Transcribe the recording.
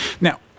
Now